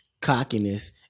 cockiness